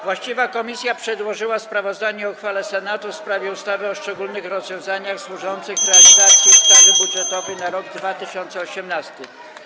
Właściwa komisja przedłożyła sprawozdanie o uchwale Senatu w sprawie ustawy o szczególnych rozwiązaniach służących [[Gwar na sali, dzwonek]] realizacji ustawy budżetowej na rok 2018.